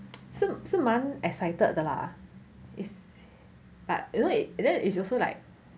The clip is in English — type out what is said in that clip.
是是蛮 excited 的啦 is but you know it it is also like